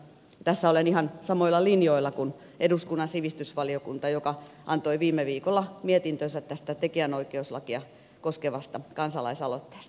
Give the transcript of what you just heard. tässä olen ihan samoilla linjoilla kuin eduskunnan sivistysvaliokunta joka antoi viime viikolla mietintönsä tästä tekijänoikeuslakia koskevasta kansalaisaloitteesta